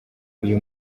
uyu